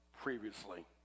previously